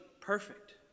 perfect